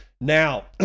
Now